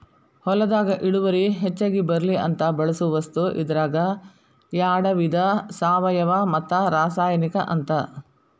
ಹೊಲದಾಗ ಇಳುವರಿ ಹೆಚಗಿ ಬರ್ಲಿ ಅಂತ ಬಳಸು ವಸ್ತು ಇದರಾಗ ಯಾಡ ವಿಧಾ ಸಾವಯುವ ಮತ್ತ ರಾಸಾಯನಿಕ ಅಂತ